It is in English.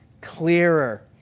clearer